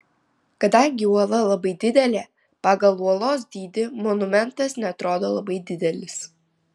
kadangi uola labai didelė pagal uolos dydį monumentas neatrodo labai didelis